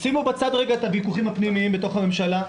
שימו בצד את הוויכוחים הפנימיים בתוך הממשלה,